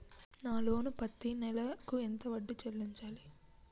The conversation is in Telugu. నా లోను పత్తి నెల కు ఎంత వడ్డీ చెల్లించాలి?